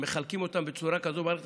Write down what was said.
הם מחלקים אותן בצורה כזאת במערכת